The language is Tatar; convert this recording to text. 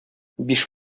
биш